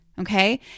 Okay